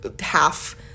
half